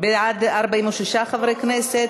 את הצעת חוק